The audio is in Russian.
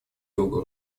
другу